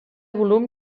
volum